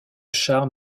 chars